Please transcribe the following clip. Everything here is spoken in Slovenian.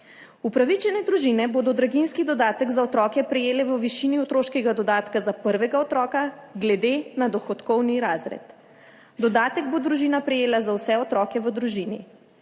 Upravičene družine bodo draginjski dodatek za otroke prejele v višini otroškega dodatka za prvega otroka glede na dohodkovni razred. Dodatek bo družina prejela za vse otroke v družini.